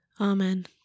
Amen